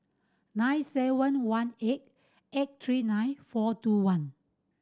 nine seven one eight eight three nine four two one